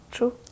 True